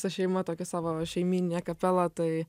su šeima tokią savo šeimyninę kapelą tai